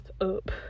up